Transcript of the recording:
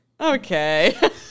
Okay